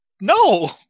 No